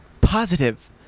Positive